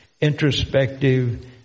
introspective